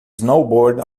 snowboard